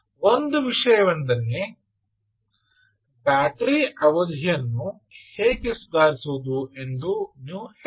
ಒಂದು ವಿಷಯವೆಂದರೆ ಬ್ಯಾಟರಿ ಅವಧಿಯನ್ನು ಹೇಗೆ ಸುಧಾರಿಸುವುದು ಎಂದು ನೀವು ಹೇಳಬಹುದು